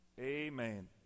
amen